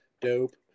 dope